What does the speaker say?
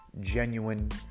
genuine